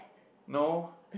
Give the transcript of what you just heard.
no